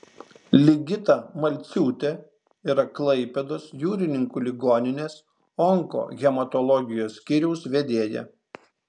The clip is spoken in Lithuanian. ligita malciūtė yra klaipėdos jūrininkų ligoninės onkohematologijos skyriaus vedėja